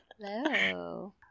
Hello